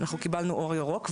אנחנו קיבלנו אור ירוק.